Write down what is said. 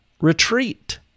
retreat